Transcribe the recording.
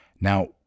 Now